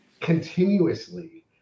continuously